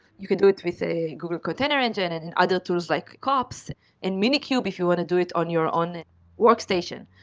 you can do it with a google container engine and and other tools like kops and minikube if you want to do it on your own work station.